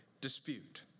dispute